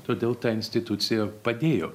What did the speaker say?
todėl ta institucija padėjo